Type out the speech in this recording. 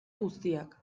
guztiak